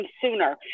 sooner